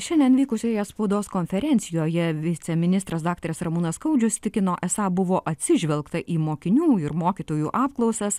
šiandien vykusioje spaudos konferencijoje viceministras daktaras ramūnas skaudžius tikino esą buvo atsižvelgta į mokinių ir mokytojų apklausas